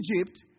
Egypt